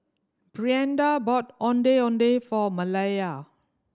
Brianda bought Ondeh Ondeh for Malaya